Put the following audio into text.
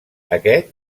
aquest